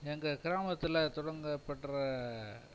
எங்கள் கிராமத்தில் தொடங்கப்பெற்ற